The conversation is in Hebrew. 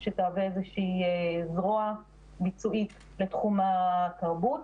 שתהווה איזושהי זרוע ביצועית לתחום התרבות.